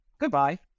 Goodbye